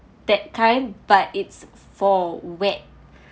that time but it's for wet